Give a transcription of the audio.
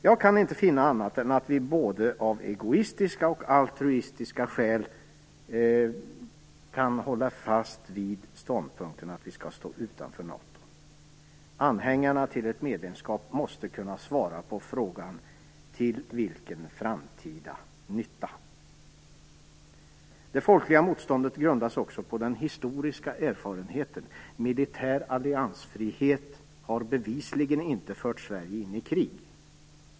Jag kan inte finna annat än att vi både av egoistiska och av altruistiska skäl kan hålla fast vid ståndpunkten att vi skall stå utanför NATO. Anhängarna till ett medlemskap måste kunna svara på frågan: Till vilken framtida nytta? Det folkliga motståndet grundas också på den historiska erfarenheten. Militär alliansfrihet har bevisligen inte fört Sverige in i krig.